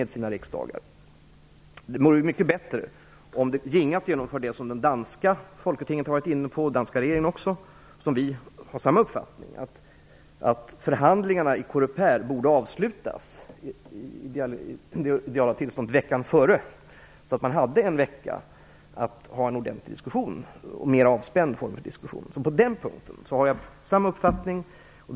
Det vore mycket bättre om det ginge att genomföra det system som danska folketinget och även den danska regeringen har varit inne på, att förhandlingarna i Coreper borde avslutas veckan innan, så att man hade en vecka på sig att få en ordentlig och mer avspänd diskussion. På den punkten har vi samma uppfattning.